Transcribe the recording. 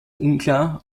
unklar